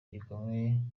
gikomeye